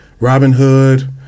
Robinhood